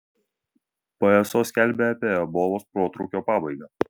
pso skelbia apie ebolos protrūkio pabaigą